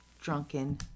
drunken